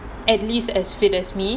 at least as fit as me